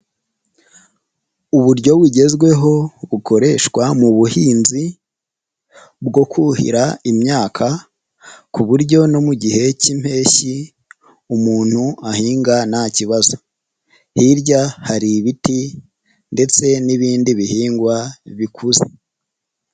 Uburyo bugezweho, bukoreshwa mu buhinzi, bwo kuhira imyaka, ku buryo no mu gihe cy'impeshyi, umuntu ahinga nta kibazo. Hirya hari ibiti, ndetse n'ibindi bihingwa bikuze.